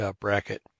bracket